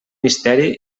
misteri